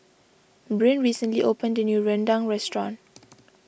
Bryn recently opened a new rendang restaurant